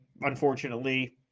unfortunately